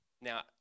Now